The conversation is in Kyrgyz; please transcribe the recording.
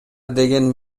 деген